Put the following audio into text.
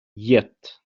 yet